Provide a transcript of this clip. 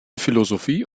philosophie